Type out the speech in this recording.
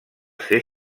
ser